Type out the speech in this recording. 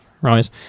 right